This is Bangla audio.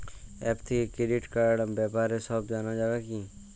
অ্যাপ থেকে ক্রেডিট কার্ডর ব্যাপারে সব জানা যাবে কি?